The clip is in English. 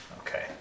Okay